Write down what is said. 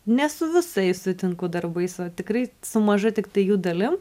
ne su visais sutinku darbais o tikrai su maža tiktai jų dalim